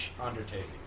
undertaking